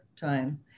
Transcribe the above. time